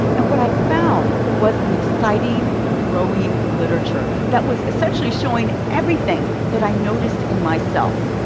and what i found was an exciting and a growing literature that was essentially showing everything that i noticed in myself.